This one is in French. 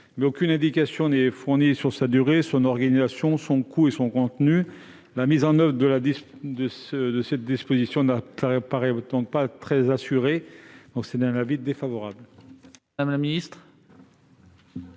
aucune indication n'est fournie sur sa durée, son organisation, son coût et son contenu. La mise en oeuvre de cette disposition ne me paraît donc pas très assurée. L'avis est défavorable.